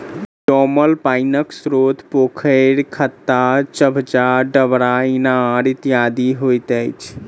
जमल पाइनक स्रोत पोखैर, खत्ता, चभच्चा, डबरा, इनार इत्यादि होइत अछि